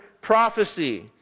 prophecy